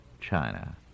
China